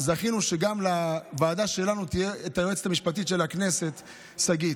זכינו שגם בוועדה שלנו יש את היועצת המשפטית של הכנסת שגית.